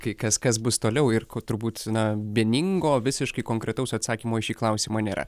kai kas kas bus toliau ir ko turbūt sena vieningo visiškai konkretaus atsakymo į šį klausimą nėra